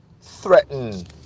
threaten